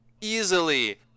easily